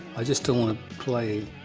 i just don't want to play,